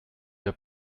der